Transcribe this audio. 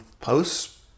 posts